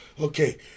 Okay